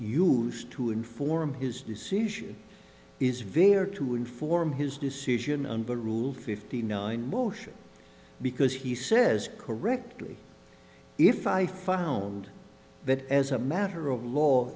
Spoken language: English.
use to inform his decision is very to inform his decision on but rule fifty nine motion because he says correctly if i found that as a matter of law